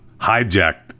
hijacked